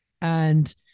And-